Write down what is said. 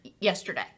yesterday